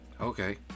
Okay